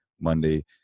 Monday